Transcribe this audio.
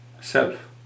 Self